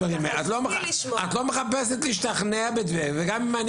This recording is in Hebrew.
את לא מחפשת להשתכנע בזה וגם אם אני